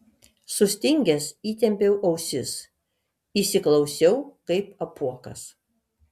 sustingęs įtempiau ausis įsiklausiau kaip apuokas